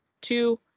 two